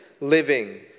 living